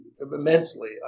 immensely